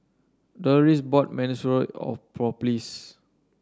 Doloris bought Monsunabe of for Pleas